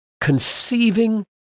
conceiving